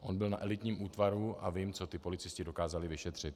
On byl na elitním útvaru a vím, co ti policisté dokázali vyšetřit.